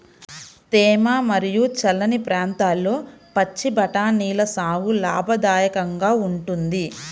తేమ మరియు చల్లని ప్రాంతాల్లో పచ్చి బఠానీల సాగు లాభదాయకంగా ఉంటుంది